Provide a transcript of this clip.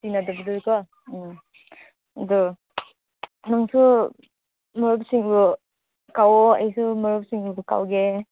ꯇꯤꯟꯅꯗꯕꯗꯨ ꯀꯣ ꯎꯝ ꯑꯗꯣ ꯅꯪꯁꯨ ꯃꯔꯨꯞꯁꯤꯡꯗꯣ ꯀꯧꯋꯣ ꯑꯩꯁꯨ ꯃꯔꯨꯞꯁꯤꯡꯕꯨ ꯀꯧꯒꯦ